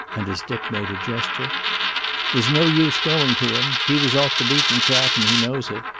and, as dick made a gesture there's no use going to him. he was off the beaten track, and he knows it.